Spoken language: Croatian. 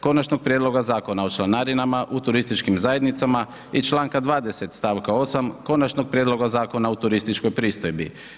Konačnog prijedloga zakona o članarinama u turističkim zajednicama i članka 20. stavka 8. Konačnog prijedloga Zakona o turističkoj pristojbi.